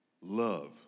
love